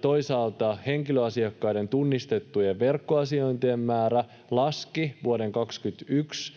Toisaalta henkilöasiakkaiden tunnistettujen verkkoasiointien määrä laski vuoden 21